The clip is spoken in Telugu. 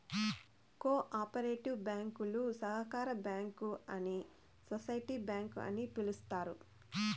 కో ఆపరేటివ్ బ్యాంకులు సహకార బ్యాంకు అని సోసిటీ బ్యాంక్ అని పిలుత్తారు